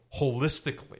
holistically